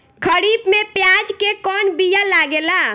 खरीफ में प्याज के कौन बीया लागेला?